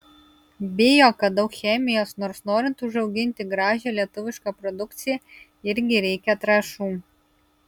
bijo kad daug chemijos nors norint užauginti gražią lietuvišką produkciją irgi reikia trąšų